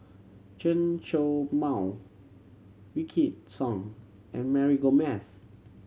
Chen Show Mao Wykidd Song and Mary Gomes